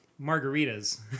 margaritas